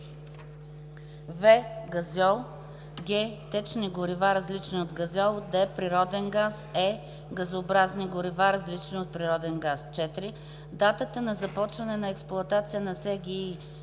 в) газьол; г) течни горива, различни от газьол; д) природен газ; е) газообразни горива, различни от природен газ. 4. датата на започване на експлоатация на СГИ